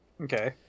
Okay